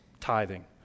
tithing